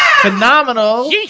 phenomenal